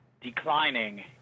declining